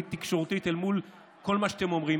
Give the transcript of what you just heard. ציבורית-תקשורתית אל מול כל מה שאתם אומרים,